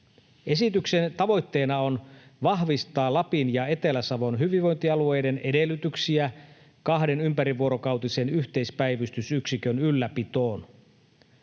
Esityksen tavoitteena on vahvistaa Lapin ja Etelä-Savon hyvinvointialueiden edellytyksiä kahden ympärivuorokautisen yhteispäivystysyksikön ylläpitoon.